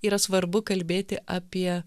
yra svarbu kalbėti apie